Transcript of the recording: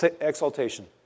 exaltation